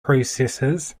processors